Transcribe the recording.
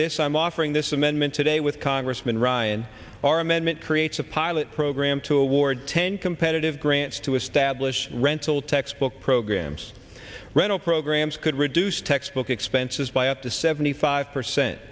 this i'm offering this amendment today with congressman ryan our amendment creates a pilot program to award ten competitive grants to establish rental textbook programs rental programs could reduce textbook expenses by up to seventy five percent